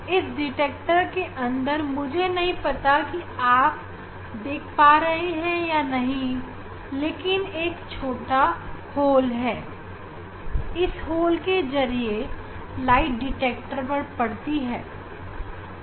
इस डिटेक्टर के अंदर मुझे नहीं पता कि आप देख पा रहे हैं या नहीं लेकिन एक छोटा छेद है इस गोल के जरिए प्रकाश डिटेक्टर पर पड़ती है